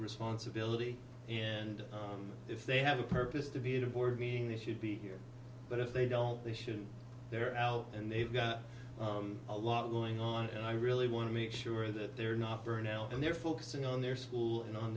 responsibility and if they have a purpose to be a board meeting they should be here but if they don't they should they're out and they've got a lot going on and i really want to make sure that they're not burnout and they're focusing on their school and on